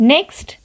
Next